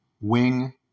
wing